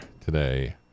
today